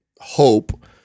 hope